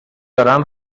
دارن